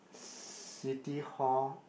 City-Hall